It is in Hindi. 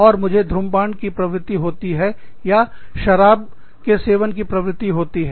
और मुझे ध्रुमपान की प्रवृत्ति होती है या शराब के सेवन की प्रवृत्ति होती है